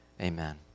Amen